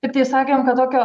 tiktai sakėm kad tokio